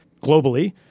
globally